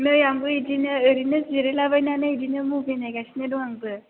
नै आंबो बिदिनो ओरैनो जिरायलाबायनानै बिदिनो मबाइल नायगासिनो दं आंबो